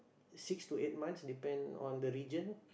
six to eight months depend on the region